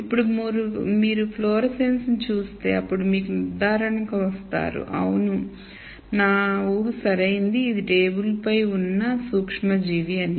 ఇప్పుడు మీరు ఫ్లోరోసెన్స్ చూస్తే అప్పుడు మీరు నిర్ధారణకు వస్తారు అవును నా ఊహ సరైనది ఇది టేబుల్ పై ఉన్న సూక్ష్మజీవి అని